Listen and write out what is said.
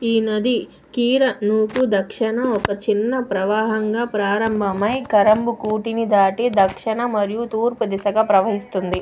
ఈ నది కీరనూకు దక్షిణ ఒక చిన్న ప్రవాహంగా ప్రారంభమై కరంబకూటిని దాటి దక్షిణ మరియు తూర్పు దిశగా ప్రవహిస్తుంది